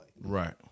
Right